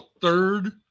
third